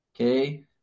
Okay